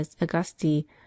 augusti